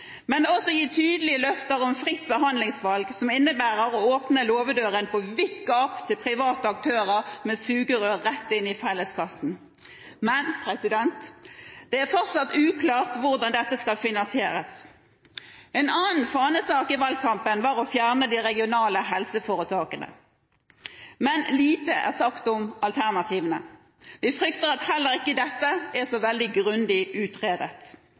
Men det er også gitt tydelige løfter om fritt behandlingsvalg, som innebærer å åpne låvedøren på vidt gap for private aktører med sugerør rett inn i felleskassen. Men det er fortsatt uklart hvordan dette skal finansieres. En annen fanesak i valgkampen var å fjerne de regionale helseforetakene. Men lite er sagt om alternativene. Vi frykter at heller ikke dette er så veldig grundig utredet.